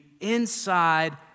inside